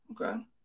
Okay